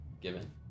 given